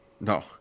No